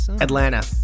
Atlanta